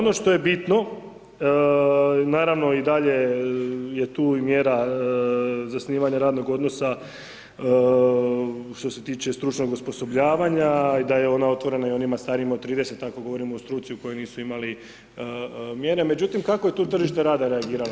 Ono što je bitno, naravno i dalje je tu i mjera zasnivanja radnog odnosa što se tiče stručnog osposobljavanja i da je ona otvorena i onima starijima od 30, ako govorimo o struci u kojoj nisu imali mjere, međutim, kako je tu tržište rada reagiralo?